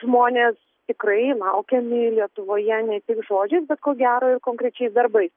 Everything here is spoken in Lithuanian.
žmonės tikrai laukiami lietuvoje ne tik žodžiais bet ko gero ir konkrečiais darbais